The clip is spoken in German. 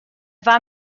war